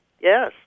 Yes